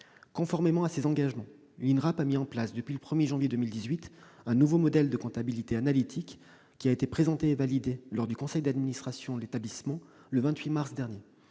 Conformément à ces engagements, l'INRAP a mis en oeuvre depuis le 1 janvier 2018 un nouveau modèle de comptabilité analytique, qui a été présenté et validé lors du conseil d'administration de l'établissement du 28 mars dernier.